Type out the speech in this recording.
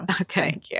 Okay